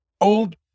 old